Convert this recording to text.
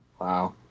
Wow